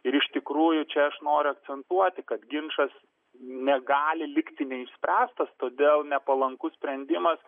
ir iš tikrųjų čia aš noriu akcentuoti kad ginčas negali likti neišspręstas todėl nepalankus sprendimas